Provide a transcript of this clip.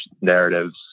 narratives